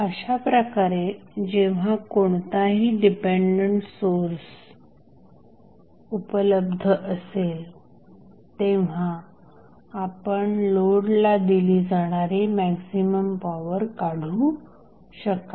अशाप्रकारे जेव्हा कोणताही डिपेंडंट सोर्स उपलब्ध असेल तेव्हा आपण लोडला दिली जाणारी मॅक्झिमम पॉवर काढू शकाल